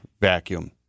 vacuum